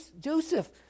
Joseph